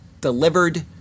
delivered